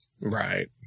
Right